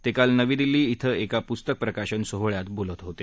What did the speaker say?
ते काल नवी दिल्ली इथं एका पुस्तक प्रकाशन सोहळ्यात बोलत होते